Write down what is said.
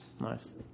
Nice